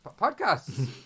podcasts